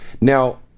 Now